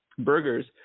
burgers